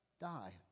die